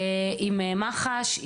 עם מח"ש.